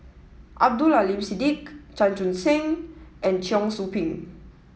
Abdul Aleem Siddique Chan Chun Sing and Cheong Soo Pieng